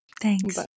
Thanks